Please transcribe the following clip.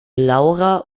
laura